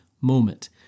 moment